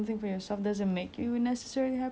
but just giving it to people is